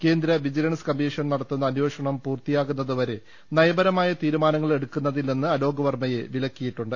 കേന്ദ്ര vigilance commission നടത്തുന്ന അന്വേഷണം പൂർത്തിയാകുന്നതുവരെ നയപരമായ തീരുമാനങ്ങൾ എടുക്കുന്നതിൽനിന്ന് അലോക് വർമ്മയെ വിലക്കിയിട്ടുണ്ട്